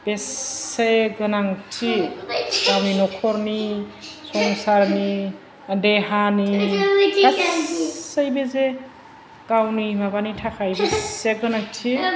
बेसे गोनांथि गावनि नखरनि संसारनि देहानि गासैबो जे गावनि माबानि थाखाय बेसे गोनांथि